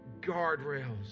Guardrails